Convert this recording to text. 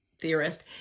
theorist